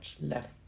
left